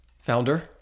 founder